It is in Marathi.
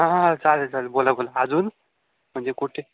हां हां हां चालेल चालेल बोला बोला अजून म्हणजे कुठे